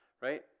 right